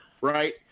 right